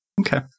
Okay